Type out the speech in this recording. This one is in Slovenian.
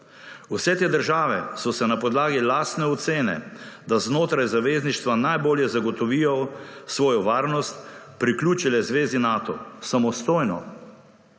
Vse te države so se na podlagi lastne ocene, da znotraj zavezništva najbolje zagotovijo svojo varnost, priključile zvezi Nato. Samostojno.